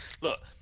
look